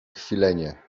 kwilenie